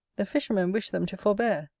the fisherman wished them to forbear,